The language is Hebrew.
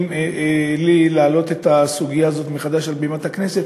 לי להעלות את הסוגיה הזאת מחדש על בימת הכנסת,